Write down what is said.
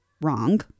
wrong